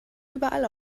überall